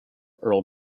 earl